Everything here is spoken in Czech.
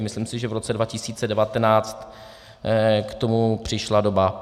Myslím si, že v roce 2019 k tomu přišla doba.